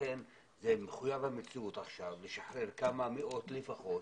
ולכן זה מחויב המציאות עכשיו לשחרר כמה מאות לפחות